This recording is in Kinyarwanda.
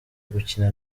gukina